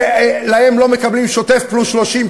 שהם לא מקבלים שוטף פלוס 30,